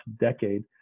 decade